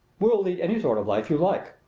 we'll lead any sort of life you like.